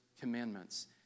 commandments